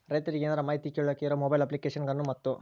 ರೈತರಿಗೆ ಏನರ ಮಾಹಿತಿ ಕೇಳೋಕೆ ಇರೋ ಮೊಬೈಲ್ ಅಪ್ಲಿಕೇಶನ್ ಗಳನ್ನು ಮತ್ತು?